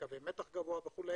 בקווי מתח גבוה וכו',